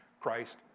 Christ